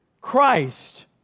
Christ